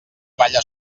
balla